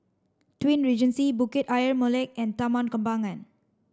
Twin Regency Bukit Ayer Molek and Taman Kembangan